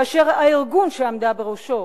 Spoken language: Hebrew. כאשר הארגון שהיא עמדה בראשו